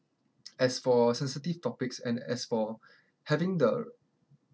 as for sensitive topics and as for having the